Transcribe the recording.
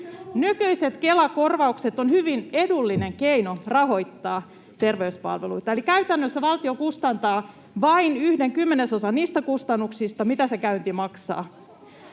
Nykyiset Kela-korvaukset ovat hyvin edullinen keino rahoittaa terveyspalveluita, eli käytännössä valtio kustantaa vain yhden kymmenesosan niistä kustannuksista, mitä se käynti maksaa.